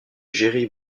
jerry